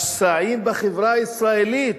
השסעים בחברה הישראלית: